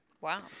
Wow